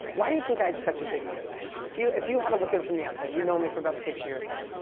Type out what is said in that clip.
why do you think i had such a good year last year? if you if you had to look in from the outside, you've known me for about six years now.